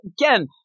Again